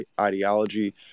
ideology